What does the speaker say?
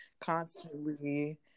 constantly